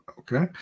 Okay